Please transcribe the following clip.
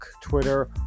Twitter